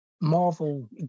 Marvel